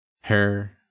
hair